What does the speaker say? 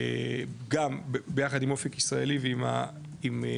גם ביחד עם אופק ישראלי ועם הסוכנות,